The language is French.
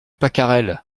pacarel